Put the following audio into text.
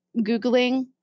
Googling